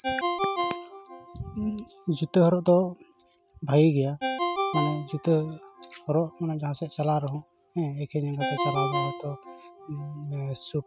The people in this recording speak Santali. ᱡᱩᱛᱟᱹ ᱦᱚᱨᱚᱜ ᱫᱚ ᱵᱷᱟᱜᱤ ᱜᱮᱭᱟ ᱢᱟᱱᱮ ᱡᱩᱛᱟᱹ ᱦᱚᱨᱚᱜ ᱡᱟᱦᱟᱸ ᱥᱮᱡ ᱪᱟᱞᱟᱜ ᱨᱮᱦᱚᱸ ᱦᱮᱸ ᱮᱠᱮᱱ ᱡᱟᱸᱜᱟᱛᱮ ᱪᱟᱞᱟᱣ ᱫᱚ ᱦᱚᱭᱛᱳ ᱥᱩᱴ